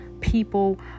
people